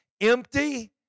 empty